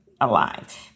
alive